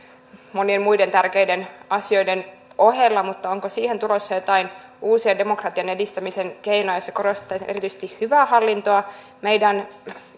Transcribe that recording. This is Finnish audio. monien muiden tärkeiden asioiden ohella mutta onko siihen tulossa joitain uusia demokratian edistämisen keinoja joissa korostettaisiin erityisesti hyvää hallintoa osana meidän